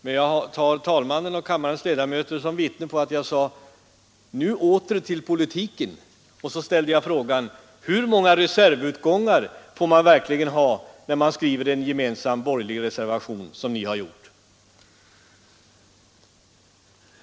Men jag tar talmannen och kammarens ledamöter till vittnen på att jag sedan sade: ”Nu åter till politiken.” Därefter ställde jag frågan hur många reservutgångar man egentligen får ha när man skriver en borgerlig reservation som den som ni har avgivit.